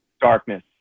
Darkness